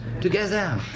together